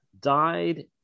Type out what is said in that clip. died